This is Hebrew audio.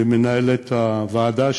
למנהלת הוועדה,